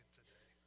today